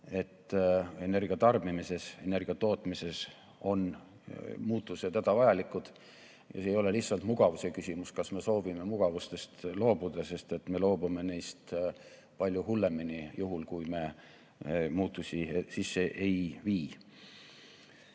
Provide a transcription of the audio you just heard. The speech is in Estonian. et energiatarbimises ja energiatootmises on muutused hädavajalikud. See ei ole lihtsalt mugavuse küsimus, et kas me soovime mugavustest loobuda, sest me loobume neist palju hullemini, juhul kui me muutusi sisse ei vii.